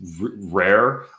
rare